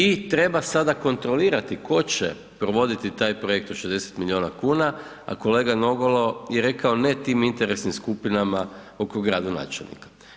I treba sada kontrolirati tko će provoditi taj projekt od 60 milijuna kuna, a kolega Nogalo je rekao ne tim interesnim skupinama oko gradonačelnika.